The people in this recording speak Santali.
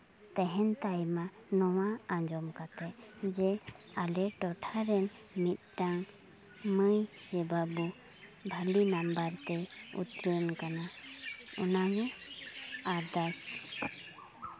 ᱛᱮᱦᱮᱱ ᱛᱟᱭᱢᱟ ᱱᱚᱣᱟ ᱟᱸᱡᱚᱢ ᱠᱟᱛᱮ ᱡᱮ ᱟᱞᱮ ᱴᱚᱴᱷᱟ ᱨᱮᱱ ᱢᱤᱫᱴᱟᱝ ᱢᱟᱹᱭ ᱥᱮ ᱵᱟᱹᱵᱩ ᱵᱷᱟᱞᱤ ᱱᱚᱢᱵᱚᱨ ᱛᱮᱭ ᱩᱛᱨᱟᱹᱱ ᱠᱟᱱᱟ ᱚᱱᱟᱜᱮ ᱟᱨᱫᱟᱥ